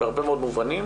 בהרבה מאוד מובנים,